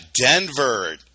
Denver